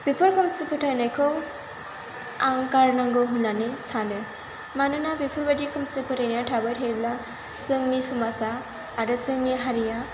बेफोर खोमसि फोथायनायखौ आं गारनांगौ होननानै सानो मानोना बेफोरबायदि खोमसि फोथायनाया थाबाय थायोब्ला जोंनि समाजा आरो जोंनि हारिया